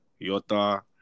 Yota